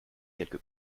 quelque